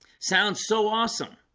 sounds so awesome